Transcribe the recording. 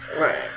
Right